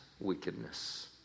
wickedness